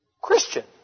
Christian